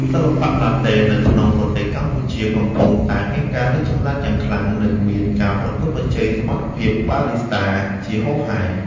សិល្បៈឡាតេនៅក្នុងប្រទេសកម្ពុជាកំពុងតែមានការរីកចម្រើនយ៉ាងខ្លាំង និងមានការប្រកួតប្រជែងសមត្ថភាពបារីស្តាជាហូរហែ។